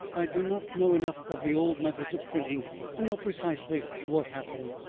i do not know enough of the old methods of printing to know precisely what happened.